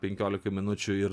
penkiolikoj monučių ir